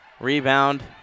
Rebound